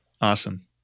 Awesome